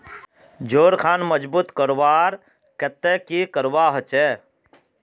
जोड़ खान मजबूत करवार केते की करवा होचए?